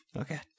Okay